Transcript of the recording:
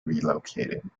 relocated